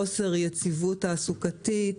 חוסר יציבות תעסוקתית,